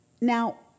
Now